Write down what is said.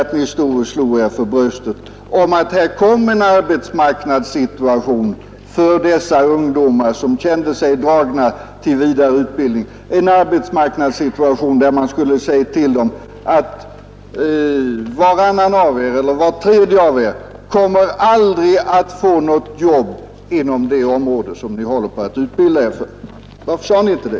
När ni stod här och slog er för bröstet, varför upplyste ni då inte om att det för de ungdomar som kände sig dragna till vidareutbildning skulle komma en arbetsmarknadssituation som innebar risk för att varannan eller var tredje av dem aldrig skulle få något jobb inom det område som de höll på att utbilda sig för? Varför sade ni inte det?